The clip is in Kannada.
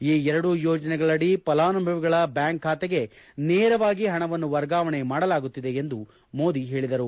ಈ ಎರಡು ಯೋಜನೆಗಳಡಿ ಫಲಾನುಭವಿಗಳ ಬ್ಯಾಂಕ್ ಖಾತೆಗೆ ನೇರವಾಗಿ ಹಣವನ್ನು ವರ್ಗಾವಣೆ ಮಾಡಲಾಗುತ್ತಿದೆ ಎಂದು ಮೋದಿ ಹೇಳಿದರು